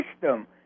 system